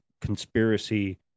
conspiracy